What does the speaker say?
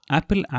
Apple